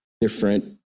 different